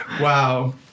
Wow